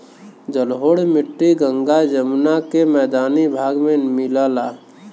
जलोढ़ मट्टी गंगा जमुना के मैदानी भाग में मिलला